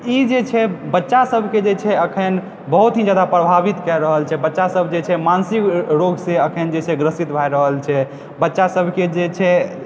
ई जे छै बच्चा सबके जे छै अखन बहुत ही जादा प्रभावित कए रहल छै बच्चा सब जे छै मानसिक रोग सॅं अखन जे से ग्रसित भए रहल छै बच्चा सबके जे छै